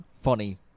funny